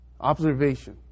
observation